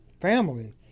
family